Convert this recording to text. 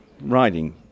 Riding